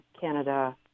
Canada